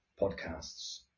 podcasts